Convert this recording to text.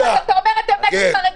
אז אתה אומר: אתם נגד חרדים.